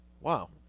wow